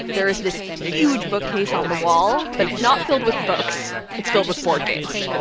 there is this huge bookcase on the wall, but it's not filled with books. it's filled with board games.